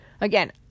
again